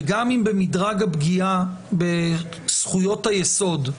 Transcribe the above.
וגם אם במדרג הפגיעה בזכויות היסוד,